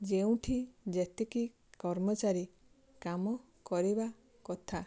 ଯେଉଁଠି ଯେତିକି କର୍ମଚାରୀ କାମ କରିବାକଥା